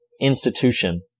institution